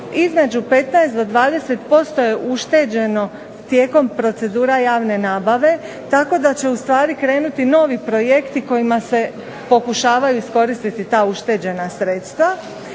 između 15 do 20% je ušteđeno tijekom procedura javne nabave tako da će ustvari krenuti novi projekti kojima se pokušavaju iskoristiti ta ušteđena sredstva